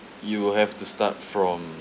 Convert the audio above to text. you will have to start from